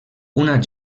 una